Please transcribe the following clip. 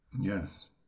yes